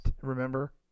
remember